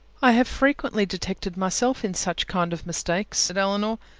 i have frequently detected myself in such kind of mistakes, said elinor,